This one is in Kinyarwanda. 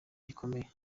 gikomeye